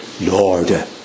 Lord